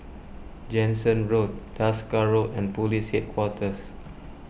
Jansen Road Desker Road and Police Headquarters